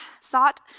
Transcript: sought